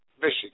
Michigan